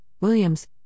Williams